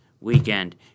weekend